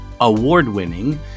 award-winning